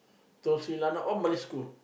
Tun all Malay school